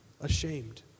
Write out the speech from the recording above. ashamed